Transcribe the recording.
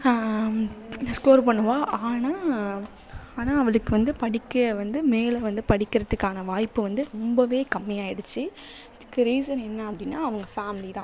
score பண்ணுவாள் ஆனால் ஆனால் அவளுக்கு வந்து படிக்க வந்து மேலே வந்து படிக்கிறத்துக்கான வாய்ப்பு வந்து ரொம்பவே கம்மியாகிடுச்சி இதுக்கு ரீஸன் என்ன அப்படின்னா அவங்க ஃபேமிலி தான்